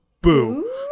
boo